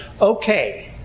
okay